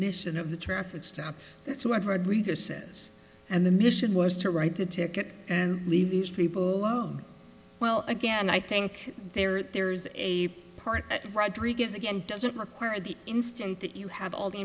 mission of the traffic stop that's what rodriguez says and the mission was to write the ticket and leave these people alone well again i think there there's a part at rodriguez again doesn't require the instant that you have all the